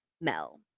Mel